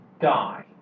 die